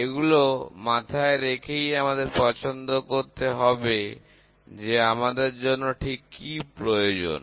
এগুলো মাথায় রেখেই আমাদের পছন্দ করতে হবে যে আমাদের জন্য ঠিক কি প্রয়োজন